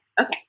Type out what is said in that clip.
Okay